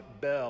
bell